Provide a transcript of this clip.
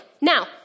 Now